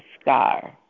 scar